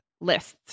lists